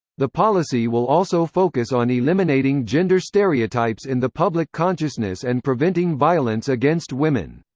the policy will also focus on eliminating gender stereotypes in the public consciousness and preventing violence against women.